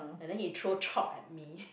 and then he throw chalk at me